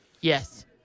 Yes